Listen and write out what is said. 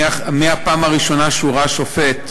מהפעם הראשונה שהוא ראה שופט,